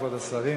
כבוד השרים,